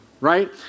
right